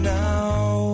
now